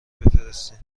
بفرستین